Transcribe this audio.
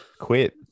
quit